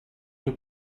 you